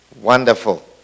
Wonderful